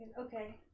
Okay